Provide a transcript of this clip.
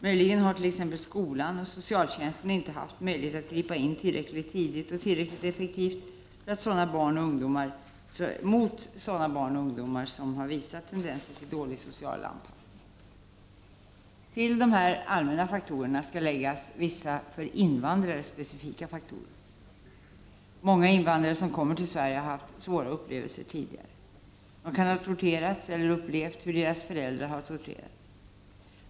Möjligen har t.ex. skolan och socialtjänsten inte haft möjligheter att gripa in tillräckligt tidigt och med tillräcklig effektivitet mot sådana barn och ungdomar som visat tendenser till dålig social anpassning. Till dessa allmänna faktorer kan läggas vissa för invandrare specifika faktorer. Många invandrare som kommer till Sverige har haft svåra upplevelser tidigare. De kan ha torterats eller upplevt hur deras föräldrar har torterats.